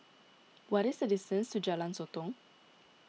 what is the distance to Jalan Sotong